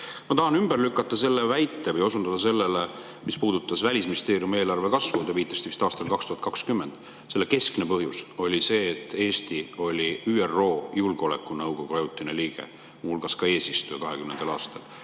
Ma tahan ümber lükata selle väite või osunduse, mis puudutas Välisministeeriumi eelarve kasvu. Te viitasite vist aastale 2020. Selle keskne põhjus oli see, et Eesti oli ÜRO Julgeolekunõukogu ajutine liige, 2020. aastal